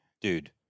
Dude